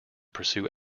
pursue